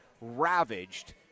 ravaged